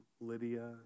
Lydia